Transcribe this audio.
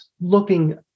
looking